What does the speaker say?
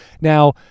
Now